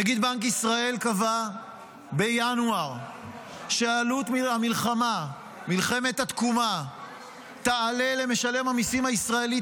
נגיד בנק ישראל קבע בינואר שעלות מלחמת התקומה תעלה למשלם הישראלי,